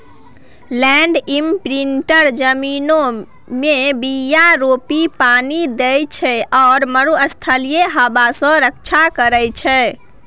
land imprinter जमीनमे बीया रोपि पानि दैत छै आ मरुस्थलीय हबा सँ रक्षा करै छै